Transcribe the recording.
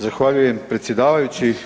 Zahvaljujem, predsjedavajući.